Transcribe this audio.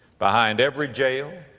behind every jail,